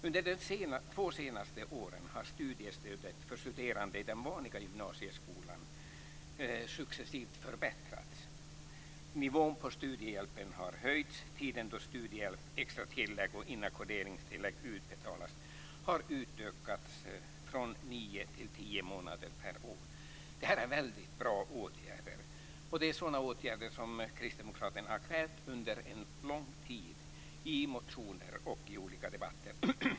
Under de två senaste åren har studiestödet för studerande i den vanliga gymnasieskolan successivt förbättrats. Nivån på studiehjälpen har höjts, och tiden då studiehjälp, extra tillägg och inackorderingstillägg utbetalas har utökats från nio till tio månader per år. Det här är väldigt bra åtgärder. Det är sådana åtgärder som Kristdemokraterna har krävt under en lång tid i motioner och i olika debatter.